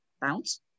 bounce